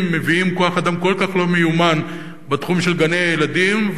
מביאים כוח-אדם כל כך לא מיומן בתחום של גני-הילדים,